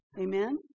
Amen